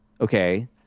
okay